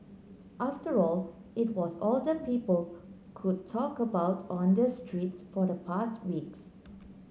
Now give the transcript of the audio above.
after all it was all the people could talk about on the streets for the past weeks